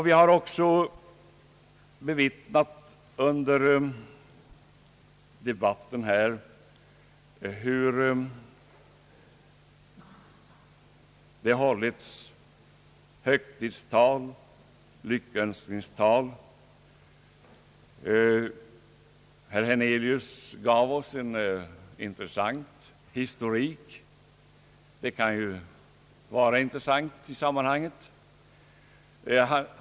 Vi har också under debatten här fått bevittna högtidstal och lyckönskningstal. Herr Hernelius gav oss en intressant historik; den kan vara intressant i sammanhanget.